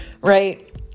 right